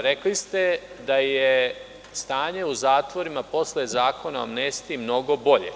rekli ste da je stanje u zatvorima posle Zakona o amnestiji mnogo bolje.